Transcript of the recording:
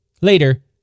later